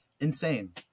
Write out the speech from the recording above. insane